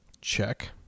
Check